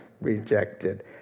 rejected